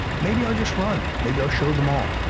maybe i'll just run. maybe i'll show them all.